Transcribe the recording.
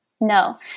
no